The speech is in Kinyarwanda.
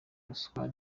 ruswa